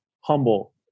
humble